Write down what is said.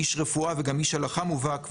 איש רפואה וגם איש הלכה מובהק.